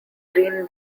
green